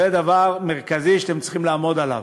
זה דבר מרכזי שאתם צריכים לעמוד עליו,